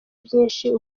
byinshi